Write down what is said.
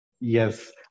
Yes